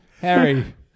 Harry